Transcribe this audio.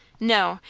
no,